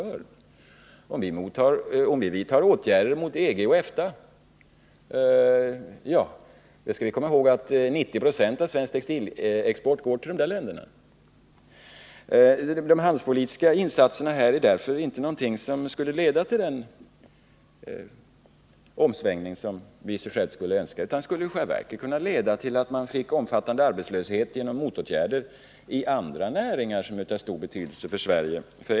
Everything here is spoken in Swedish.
9096 av vår textilexport går till länder inom EG och EFTA, och det skall vi komma ihåg när vi diskuterar åtgärder mot de länderna. Handelspolitiska insatser skulle alltså inte leda till de omsvängningar som vi i och för sig skulle önska, utan de skulle i själva verket leda till att vi finge en omfattande arbetslöshet på grund av att vi skulle bli utsatta för motåtgärder som skulle drabba andra näringar som är av stor betydelse för Sverige.